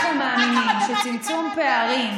נזרקו עליהם בקבוקי תבערה,